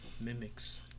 mimics